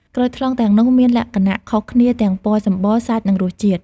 ក្រូចថ្លុងទាំងនោះមានលក្ខណៈខុសគ្នាទាំងពណ៌សម្បុរ សាច់ និងរសជាតិ។